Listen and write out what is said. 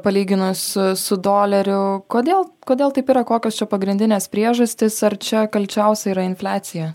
palyginus su doleriu kodėl kodėl taip yra kokios čia pagrindinės priežastys ar čia kalčiausia yra infliacija